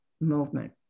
movement